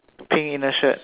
pink inner shirt